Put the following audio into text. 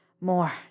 more